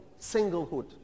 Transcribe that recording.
singlehood